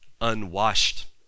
unwashed